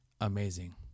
amazing